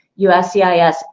USCIS